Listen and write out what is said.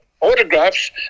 autographs